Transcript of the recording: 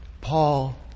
Paul